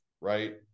right